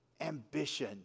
ambition